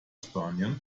spaniel